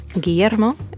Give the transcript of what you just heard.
Guillermo